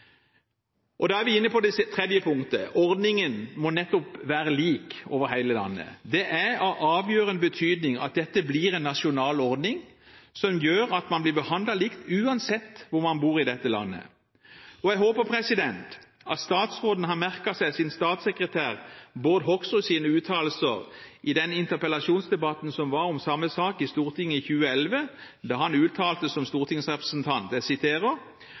andre. Da er vi inne på det tredje punktet: Ordningen må være lik over hele landet. Det er av avgjørende betydning at dette blir en nasjonal ordning som gjør at man blir behandlet likt uansett hvor man bor i dette landet. Og jeg håper at statsråden har merket seg sin statssekretær Bård Hoksruds uttalelser i den interpellasjonsdebatten som var om samme sak i Stortinget i 2010, da han uttalte som stortingsrepresentant: «Og da synes jeg